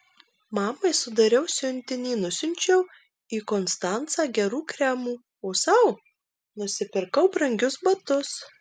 mamai sudariau siuntinį nusiunčiau į konstancą gerų kremų o sau nusipirkau brangius batus